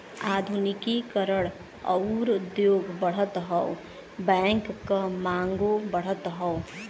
आधुनिकी करण आउर उद्योग बढ़त हौ बैंक क मांगो बढ़त हौ